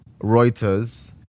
Reuters